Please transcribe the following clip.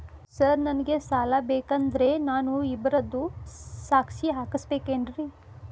Sir ನನಗೆ ಸಾಲ ಬೇಕಂದ್ರೆ ನಾನು ಇಬ್ಬರದು ಸಾಕ್ಷಿ ಹಾಕಸಬೇಕೇನ್ರಿ?